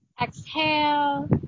Exhale